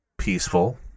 peaceful